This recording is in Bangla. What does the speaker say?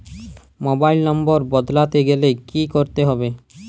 মোবাইল নম্বর বদলাতে গেলে কি করতে হবে?